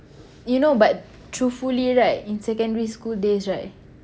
you know but truthfully right in secondary school days right